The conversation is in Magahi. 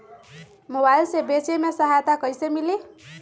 मोबाईल से बेचे में सहायता कईसे मिली?